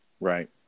Right